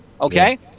okay